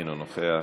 אינו נוכח,